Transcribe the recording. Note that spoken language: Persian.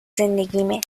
زندگیمه